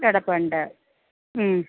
കിടപ്പുണ്ട് മ്മ്